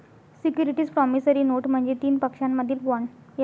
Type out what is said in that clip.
securities promissory note म्हणजे तीन पक्षांमधील बॉण्ड